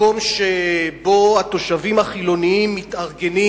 מקום שבו התושבים החילונים מתארגנים,